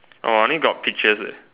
oh I only got peaches leh